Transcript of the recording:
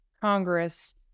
Congress